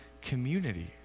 community